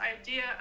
idea